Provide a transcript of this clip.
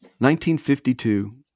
1952